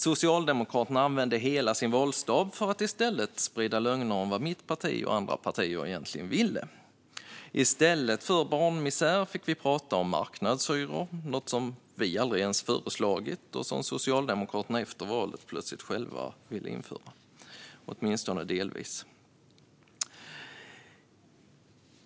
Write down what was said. Socialdemokraterna använde hela sin valstab till att i stället sprida lögner om vad mitt och andra partier egentligen ville. I stället för barnmisär fick vi prata om marknadshyror, vilket är något som vi aldrig föreslagit och som Socialdemokraterna efter valet plötsligt själva ville införa, åtminstone delvis.